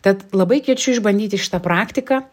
tad labai kviečiu išbandyti šitą praktiką